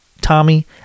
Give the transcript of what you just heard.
Tommy